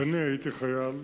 כשאני הייתי חייל,